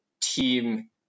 team